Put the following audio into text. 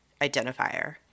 identifier